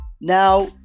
Now